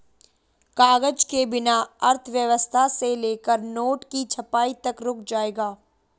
कागज के बिना अर्थव्यवस्था से लेकर नोट की छपाई तक रुक जाएगा